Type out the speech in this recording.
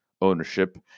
ownership